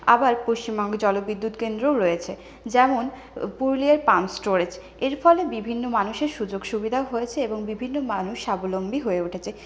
আবার পশ্চিমবঙ্গে জলবিদ্যুৎ কেন্দ্রও রয়েছে যেমন পুরুলিয়ার পাম স্টোরেজ এর ফলে বিভিন্ন মানুষের সুযোগ সুবিধা হয়েছে এবং বিভিন্ন মানুষ স্বাবলম্বী হয়ে উঠেছে